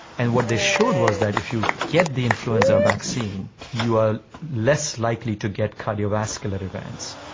and what they showed was that if you get the influenza vaccine you are less likely to get cardiovascular events.